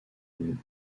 une